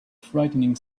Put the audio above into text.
frightening